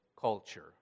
culture